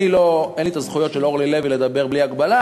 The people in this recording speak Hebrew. אין לי את הזכויות של אורלי לוי לדבר בלי הגבלה,